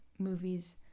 movies